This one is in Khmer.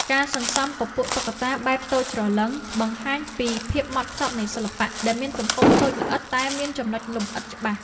ការសន្សំពពួក តុក្កតាបែបតូចច្រឡឹង បង្ហាញពីភាពហ្មត់ចត់នៃសិល្បៈដែលមានទំហំតូចល្អិតតែមានចំណុចលម្អិតច្បាស់។